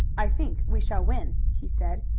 i think we shall win, he said.